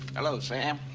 hello, sam.